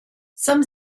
some